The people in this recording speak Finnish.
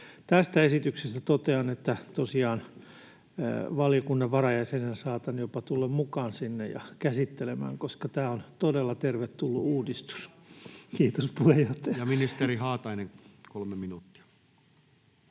Tästä esityksestä totean, että tosiaan valiokunnan varajäsenenä saatan jopa tulla mukaan sinne ja käsittelemään, koska tämä on todella tervetullut uudistus. [Aino-Kaisa Pekonen: Tervetuloa!] — Kiitos, puheenjohtaja. Ministeri Haatainen, 3 minuuttia.